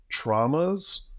traumas